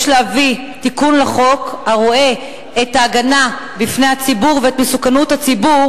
יש להביא תיקון לחוק הרואה את ההגנה על הציבור ואת המסוכנות לציבור